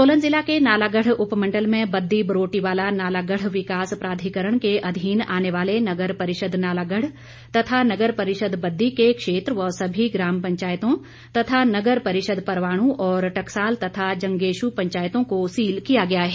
सोलन जिला के नालागढ़ उपमण्डल में बद्दी बरोटीवाला नालागढ़ विकास प्राधिकरण के अधीन आने वाले नगर परिषद नालागढ़ तथा नगर परिषद बद्दी के क्षेत्र व सभी ग्राम पंचायतों तथा नगर परिषद परवाणु और टकसाल तथा जंगेशु पंचायतों को सील किया गया है